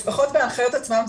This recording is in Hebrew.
לפחות בהנחיות עצמם,